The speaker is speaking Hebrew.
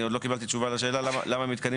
אני עוד לא קיבלתי תשובה לשאלה למה מתקנים